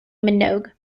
minogue